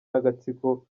n’agatsiko